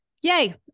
Yay